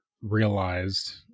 realized